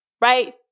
right